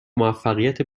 موفقیت